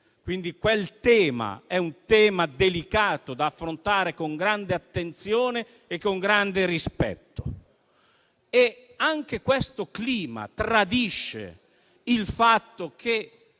quindi un tema delicato, da affrontare con grande attenzione e con grande rispetto. Anche questo clima tradisce il fatto che,